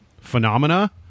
phenomena